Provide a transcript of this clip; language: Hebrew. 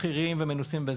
בכירים ומנוסים,